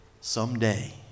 someday